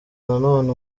nanone